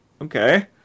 okay